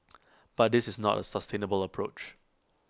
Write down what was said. but this is not A sustainable approach